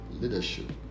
leadership